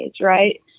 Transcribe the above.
right